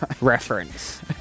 reference